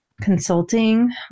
consulting